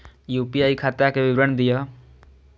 UPI खाता के विवरण दिअ?